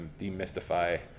demystify